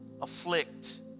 afflict